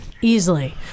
Easily